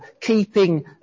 keeping